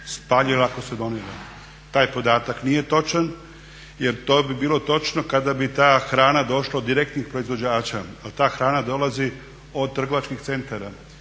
spalila, ako se donira taj podatak nije točan, jer to bi bilo točno kada bi ta hrana došla od direktnih proizvođača ali ta hrana dolazi od trgovačkih centara